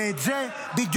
ואת זה בדיוק,